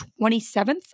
27th